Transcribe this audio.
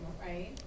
right